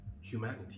humanity